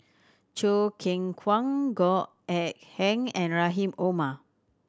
Choo Keng Kwang Goh Eck Kheng and Rahim Omar